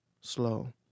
slow